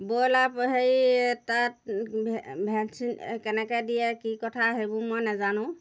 broiler হেৰি তাত vaccine কেনেকৈ দিয়ে কি কথা সেইবোৰ মই নাজানো